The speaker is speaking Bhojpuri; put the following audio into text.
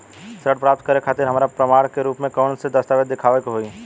ऋण प्राप्त करे के खातिर हमरा प्रमाण के रूप में कउन से दस्तावेज़ दिखावे के होइ?